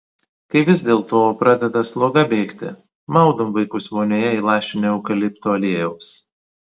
kai vis dėlto pradeda sloga bėgti maudom vaikus vonioje įlašinę eukalipto aliejaus